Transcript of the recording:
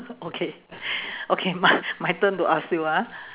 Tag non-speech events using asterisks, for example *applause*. okay *breath* okay my my turn to ask you ah